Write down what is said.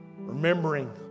remembering